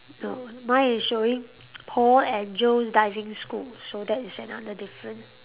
no mine is showing Paul and Joe's diving school so that is another different